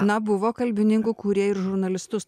na buvo kalbininkų kurie ir žurnalistus